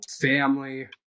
family